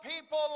people